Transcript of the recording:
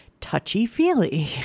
touchy-feely